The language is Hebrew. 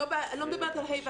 אני לא מדברת על ה'-ו'